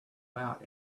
out